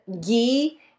ghee